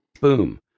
Boom